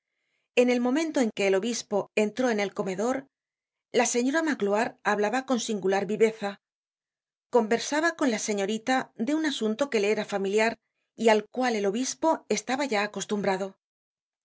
en el momento en que el obispo entró en el comedor la señora magloire hablaba con singular viveza conversaba con la señorita de un asunto que le era familiar y al cual el obispo estaba ya acostumbrado